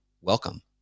welcome